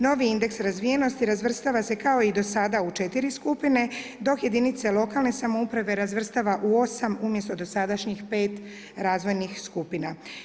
Novi indeks razvijenosti razvrstava se kao i do sada u četiri skupine dok jedinice lokalne samouprave razvrstava u osam umjesto dosadašnjih pet razvojnih skupina.